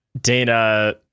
Dana